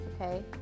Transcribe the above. okay